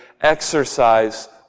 exercise